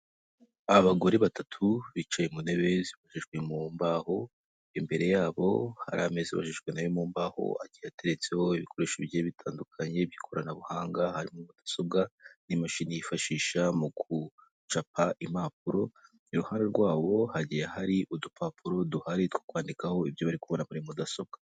Abagore batatu bicaye mu ntebe zibajijwe mu mbaho, imbere yabo hari amezi abajijwe na yo mu mbaho agiye ateretseho ibikoresho bigiye bitandukanye by'ikoranabuhanga, hariho mudasobwa, n'imashini yifashisha mu gucapa impapuro. Iruhande rwawo hagiye hari udupapuro duhari two kwandikaho ibyo barikubona muri mudasobwa.